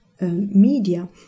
media